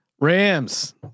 Rams